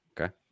Okay